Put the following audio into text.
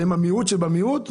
שהם מיעוט שבמיעוט.